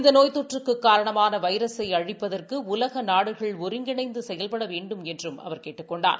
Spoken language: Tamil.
இந்த நோய் தொற்றுக்கு காரணமான வைரஸை அழிப்பதற்கு உலக நாடுகள் ஒருங்கிணைந்து செயல்பட வேண்டும் என்றும் அவர் கேட்டுக் கொண்டார்